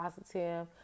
positive